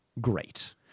great